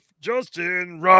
Justin